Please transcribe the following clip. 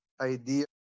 idea